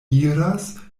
iras